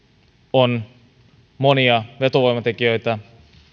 on monia vetovoimatekijöitä